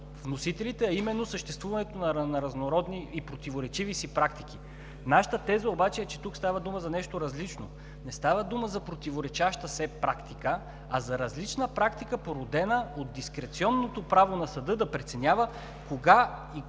вносителите, а именно съществуването на разнородни и противоречиви си практики. Нашата теза обаче е, че тук става дума за нещо различно. Не става дума за противоречаща се практика, а за различна практика, породена от дискреционното право на съда да преценява кога,